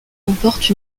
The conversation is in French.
comporte